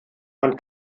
man